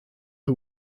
who